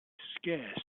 scarce